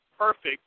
Perfect